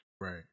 Right